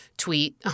tweet